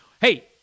Hey